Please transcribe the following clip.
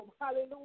Hallelujah